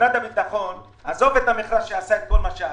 למשרד הביטחון, עזבו את המכרז שעשה את כל מה שעה,